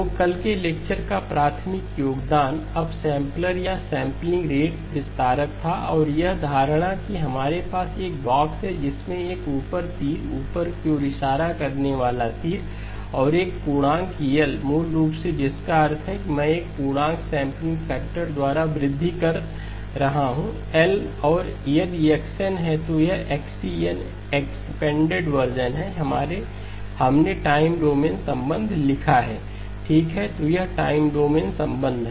तो कल के लेक्चर का प्राथमिक योगदान अपसैंपलर या सैंपलिंग रेट विस्तारक था और यह धारणा कि हमारे पास एक बॉक्स है जिसमें एक ऊपर तीर ऊपर की ओर इशारा करने वाला तीर और एक पूर्णांक L मूल रूप से जिसका अर्थ है कि मैं एक पूर्णांक सैंपलिंग फैक्टर द्वारा वृद्धि कर रहा हूं L और यदि यह x n है तो यह XE n एक्सपेंडेड वर्जन है हमने टाइम डोमेन संबंध को लिखा है XEnxnL nL के गुणांक 0 अन्यथा ठीक है तो यह टाइम डोमेन संबंध है